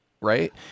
right